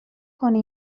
کنه